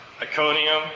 Iconium